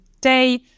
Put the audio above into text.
day